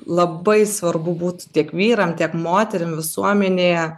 labai svarbu būtų tiek vyram tiek moterim visuomenėje